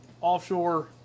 Offshore